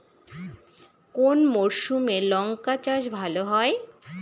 কোন মরশুমে লঙ্কা চাষ ভালো হয়?